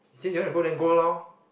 since you wanna go then go lor